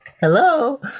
Hello